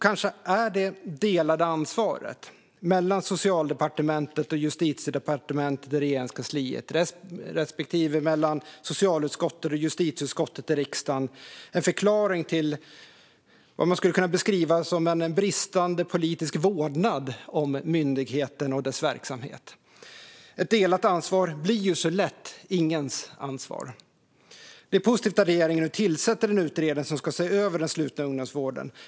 Kanske är det delade ansvaret mellan Socialdepartementet, Justitiedepartementet och Regeringskansliet respektive mellan socialutskottet och justitieutskottet i riksdagen en förklaring till vad man skulle kunna beskriva som en bristande politisk vårdnad om myndigheten och dess verksamhet. Ett delat ansvar blir ju så lätt ingens ansvar. Det är positivt att regeringen nu tillsätter en utredning som ska se över den slutna ungdomsvården.